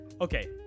Okay